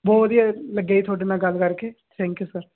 ਬਹੁਤ ਵਧੀਆ ਲੱਗਿਆ ਜੀ ਥੋਡੇ ਨਾਲ ਗੱਲ ਕਰਕੇ ਥੈਂਕਿਊ ਸਰ